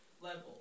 level